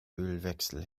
ölwechsel